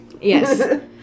yes